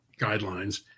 guidelines